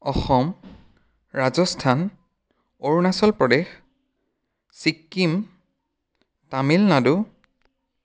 Assam Rajasthan Arunachal Pradesh Sikkim Tamil Nadu